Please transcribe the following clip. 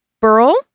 Burl